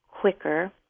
quicker